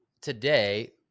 today